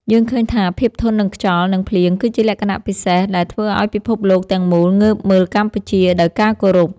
យើងឃើញថាភាពធន់នឹងខ្យល់ និង ភ្លៀងគឺជាលក្ខណៈពិសេសដែលធ្វើឱ្យពិភពលោកទាំងមូលងើបមើលកម្ពុជាដោយការគោរព។